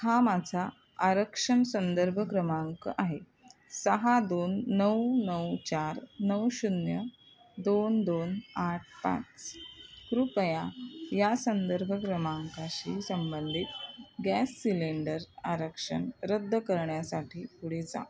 हा माझा आरक्षण संदर्भ क्रमांक आहे सहा दोन नऊ नऊ चार नऊ शून्य दोन दोन आठ पाच कृपया या संदर्भ क्रमांकाशी संबंधित गॅस सिलेंडर आरक्षण रद्द करण्यासाठी पुढे जा